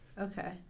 okay